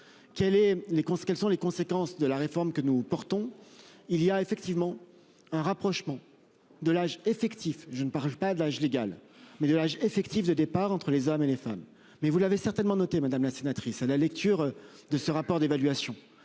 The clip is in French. quelles sont les conséquences de la réforme que nous portons. Il y a effectivement un rapprochement de l'âge effectif, je ne parle pas de l'âge légal mais de l'âge effectif de départ entre les hommes et les femmes. Mais vous l'avez certainement noté Madame la sénatrice à la lecture de ce rapport d'évaluation